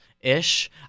ish